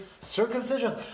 circumcision